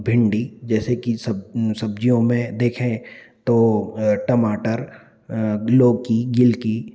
भिण्डी जैसे कि सब सब्जियों में देखें तो टमाटर लौकी गिल्की